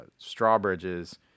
Strawbridge's